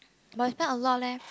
must spend a lot leh